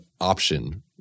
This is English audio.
option